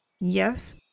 yes